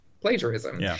plagiarism